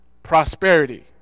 Prosperity